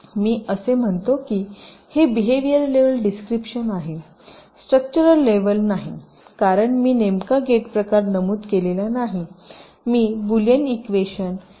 मी असे म्हणतो की हे बीहेवियर लेव्हल डिस्क्रिपशन आहे स्ट्रक्चर लेव्हल नाही कारण मी नेमका गेट प्रकार नमूद केलेला नाही मी बुलियन इक्वेशन a